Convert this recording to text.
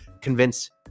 convince